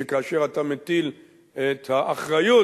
שכאשר אתה מטיל את האחריות,